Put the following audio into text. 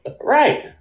Right